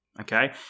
okay